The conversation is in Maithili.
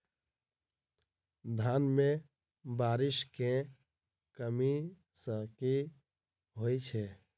धान मे बारिश केँ कमी सँ की होइ छै?